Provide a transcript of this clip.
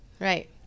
right